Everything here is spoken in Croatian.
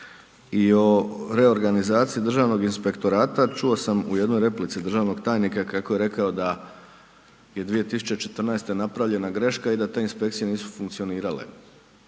i o reorganizaciji Državnog inspektorata, čuo sam u jednoj replici državnog tajnika kako je rekao da je 2014. napravljena greška i da te inspekcije nisu funkcionirale.